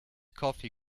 coffee